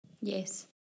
Yes